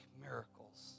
miracles